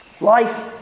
Life